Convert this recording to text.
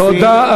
תודה,